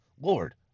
Lord